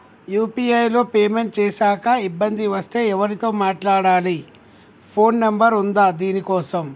UPI లో payment చేశాక ఇబ్బంది వస్తే ఎవరితో మాట్లాడాలి? ఫోన్ నంబర్ ఉందా దీనికోసం?